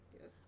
Yes